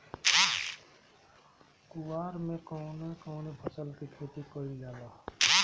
कुवार में कवने कवने फसल के खेती कयिल जाला?